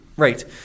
Right